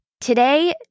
Today